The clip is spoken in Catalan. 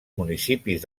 municipis